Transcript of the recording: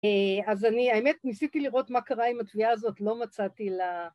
‫אז אני האמת ניסיתי לראות ‫מה קרה עם התביעה הזאת, ‫לא מצאתי לה...